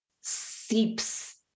seeps